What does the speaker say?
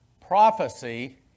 Prophecy